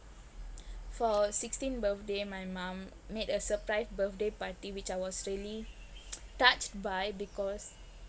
for sixteenth birthday my mom made a surprise birthday party which I was really touched by because